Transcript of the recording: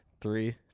Three